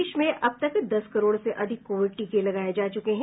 देश में अब तक दस करोड से अधिक कोविड टीके लगाये जा चुके हैं